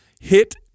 hit